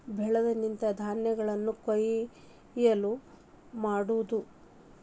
ಬೆಳೆದು ನಿಂತ ಧಾನ್ಯಗಳನ್ನ ಕೊಯ್ಲ ಮಾಡುದು